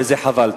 וזה חבל.